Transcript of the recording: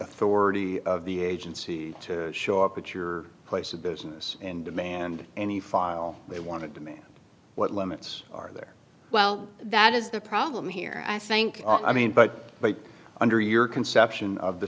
authority of the agency to show up at your place of business and demand any file they want to demand what limits are there well that is the problem here i think i mean but but under your conception of the